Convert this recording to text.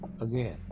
again